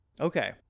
Okay